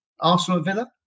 Arsenal-Villa